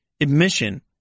admission